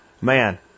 man